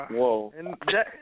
Whoa